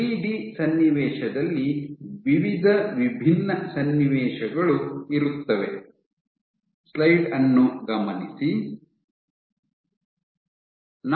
ಆದರೆ ಥ್ರೀಡಿ ಸನ್ನಿವೇಶದಲ್ಲಿ ವಿವಿಧ ವಿಭಿನ್ನ ಸನ್ನಿವೇಶಗಳು ಇರುತ್ತವೆ